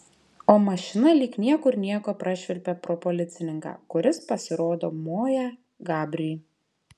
o mašina lyg niekur nieko prašvilpė pro policininką kuris pasirodo moja gabriui